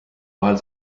vahel